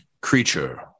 creature